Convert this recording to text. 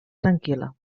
tranquil·la